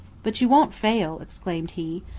but you won't fail, exclaimed he.